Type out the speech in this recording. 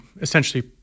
essentially